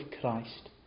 Christ